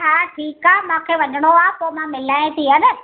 हा ठीकु आहे मूंखे वञिणो आहे पोइ मां मिलें थी हा न